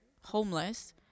homeless